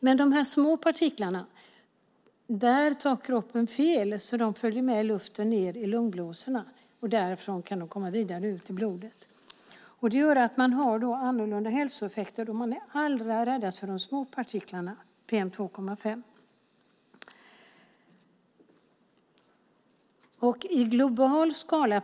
Men när det gäller de små partiklarna tar kroppen fel, så de följer med luften ned i lungblåsorna. Därifrån kan de komma vidare ut i blodet. Det gör att man har andra hälsoeffekter, och man är allra räddast för de små partiklarna, PM2,5.